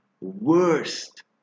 worst